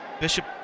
Bishop